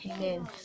Amen